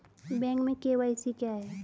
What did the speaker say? Bank में KYC क्या है?